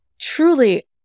Truly